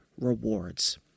rewards